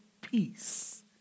peace